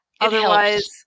Otherwise